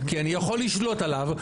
כי אני יכול לשלוט עליו.